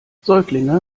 säuglinge